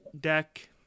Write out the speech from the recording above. deck